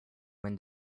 when